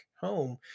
home